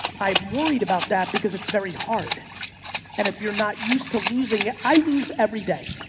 i worried about that because it's very hard and if you're not used to losing, i lose every day.